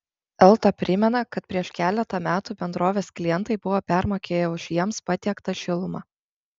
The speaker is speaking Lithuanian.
elta primena kad prieš keletą metų bendrovės klientai buvo permokėję už jiems patiektą šilumą